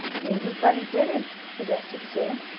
maybe bunny didn't, suggested sue.